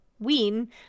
ween